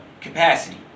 capacity